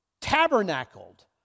tabernacled